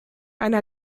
einer